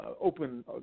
open